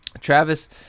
Travis